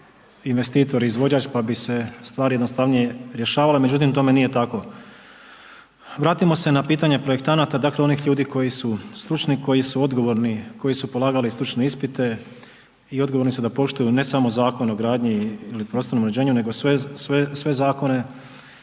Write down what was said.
investitor i izvođač, pa bi se stvari jednostavnije rješavale. Međutim, tome nije tako. Vratimo se na pitanje projektanata dakle onih ljudi koji su stručni, koji su odgovorni, koji su polagali stručne ispite i odgovorni su da poštuju ne samo Zakon o gradnji ili prostornom uređenju, nego sve zakone,